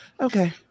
Okay